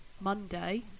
Monday